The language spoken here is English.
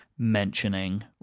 mentioning